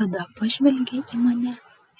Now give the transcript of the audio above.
tada pažvelgė į mane